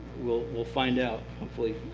will will find out, hopefully,